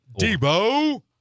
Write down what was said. Debo